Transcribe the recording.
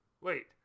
Wait